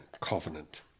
covenant